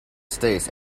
states